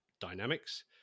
dynamics